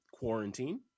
quarantine